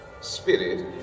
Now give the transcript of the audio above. Spirit